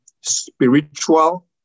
Spiritual